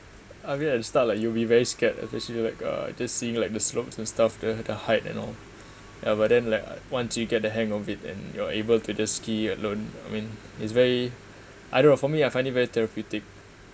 I mean at the start like you will be very scared because you like uh just seeing like the slopes and stuff the the height and all ya but then like once you get the hang of it and you're able to just ski alone I mean it's very I don't know for me I find it very therapeutic